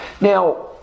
Now